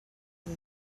for